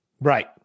Right